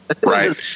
Right